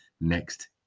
next